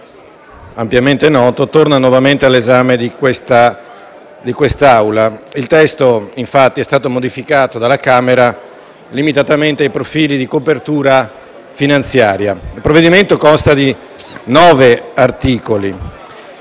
ampiamente noto - torna nuovamente all'esame di quest'Assemblea. Il testo è stato modificato dalla Camera limitatamente ai profili di copertura finanziaria. Il provvedimento consta di nove articoli,